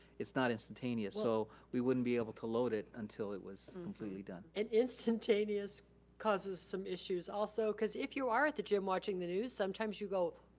it's not instantaneous so we wouldn't be able to load it until it was completely done. and instantaneous causes some issues. also, cause if you are at the gym watching the news, sometimes you go,